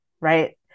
right